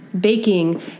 baking